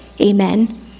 Amen